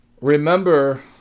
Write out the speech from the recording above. Remember